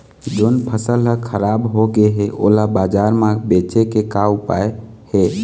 जोन फसल हर खराब हो गे हे, ओला बाजार म बेचे के का ऊपाय हे?